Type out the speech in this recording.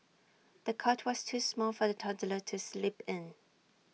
the cot was too small for the toddler to sleep in